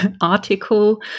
article